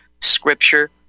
scripture